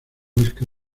huesca